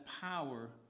power